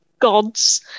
gods